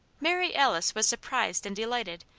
mary alice was surprised and delighted,